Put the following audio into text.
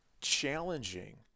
challenging